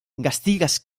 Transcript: gastigas